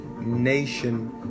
nation